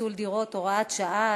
פיצול דירות) (הוראת שעה),